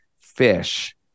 fish